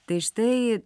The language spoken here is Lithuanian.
tai štai